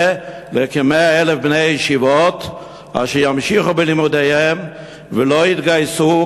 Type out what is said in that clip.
לכ-100,000 בני-ישיבות אשר ימשיכו בלימודיהם ולא יתגייסו,